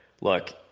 look